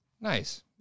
nice